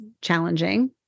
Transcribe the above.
challenging